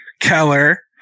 Keller